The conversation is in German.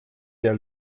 der